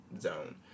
zone